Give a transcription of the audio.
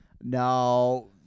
No